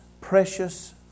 precious